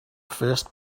first